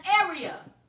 area